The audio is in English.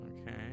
Okay